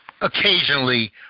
occasionally